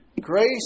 Grace